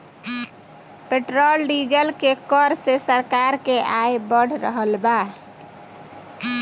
petrol diesel के कर से सरकार के आय बढ़ रहल बा